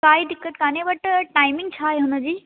काई दिक़त कोन्हे बट टाइमिंग छा आहे हुनजी